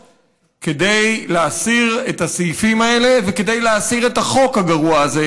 כדי להסיר את הסעיפים האלה וכדי להסיר את החוק הגרוע הזה,